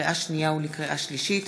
לקריאה שנייה ולקריאה שלישית,